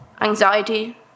anxiety